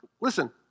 Listen